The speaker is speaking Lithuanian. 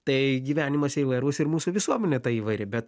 tai gyvenimas įvairus ir mūsų visuomenė ta įvairi bet